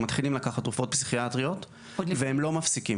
הם מתחילים לקחת תרופות פסיכיאטריות והם לא מפסיקים.